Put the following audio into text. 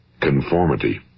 conformity